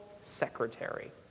secretary